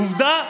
עובדה.